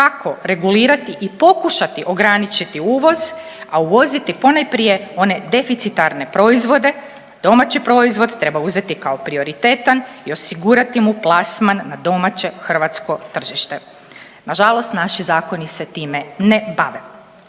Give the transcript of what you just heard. kako regulirati i pokušati ograničiti uvoz, a uvoziti ponajprije one deficitarne proizvode, domaći proizvod treba uzeti kao prioritetan i osigurati mu plasman na domaće hrvatsko tržište. Nažalost, naši zakoni se time ne bave.